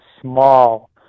small